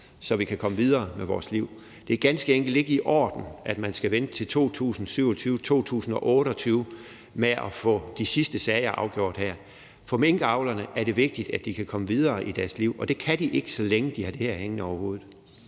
så vi kan komme videre med vores liv. Det er ganske enkelt ikke i orden, at man skal vente til 2027-2028 med at få de sidste sager afgjort. For minkavlerne er det vigtigt, at de kan komme videre i deres liv, og det kan de ikke, så længe de har det her hængende over hovedet.